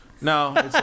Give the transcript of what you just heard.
No